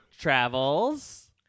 Travels